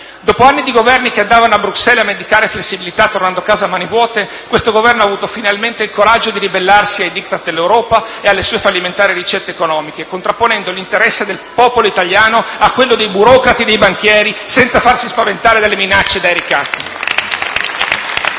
Dopo anni di Governi che andavano a Bruxelles a mendicare flessibilità tornando a casa a mani vuote, questo Governo ha avuto finalmente il coraggio di ribellarsi ai *diktat* dell'Europa e alle sue fallimentari ricette economiche, contrapponendo l'interesse del popolo italiano a quello dei burocrati e dei banchieri, senza farsi spaventare dalle minacce e dai ricatti.